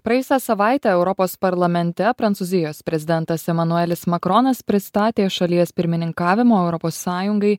praėjusią savaitę europos parlamente prancūzijos prezidentas emanuelis makronas pristatė šalies pirmininkavimo europos sąjungai